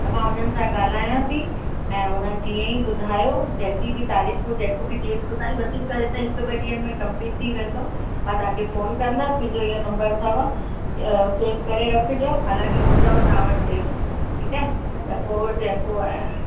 त मां उन्हनि सां ॻाल्हायां थी ऐं उन्हनि जीअं ई ॿुधायो जेकी बि तारीखूं जेको बि डेट ॿुधाई वधीक करे त हिक ॿ ॾींहनि में कंप्लीट थी वेंदो मां तव्हांखे फ़ोन कंदसि मुंहिंजो इहो नम्बर अथव सेव करे रखिजो हालांकि हुंदव तव्हां वटि सेव ठीकु आहे त पोइ जेको आहे